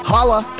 Holla